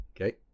okay